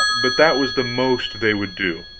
but that was the most they would do.